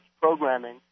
programming